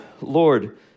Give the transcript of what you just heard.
Lord